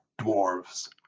dwarves